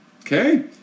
okay